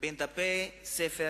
בין דפי ספר